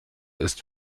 ist